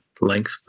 length